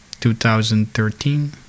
2013